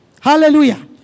Hallelujah